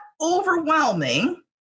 overwhelming